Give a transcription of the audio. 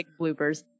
bloopers